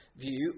View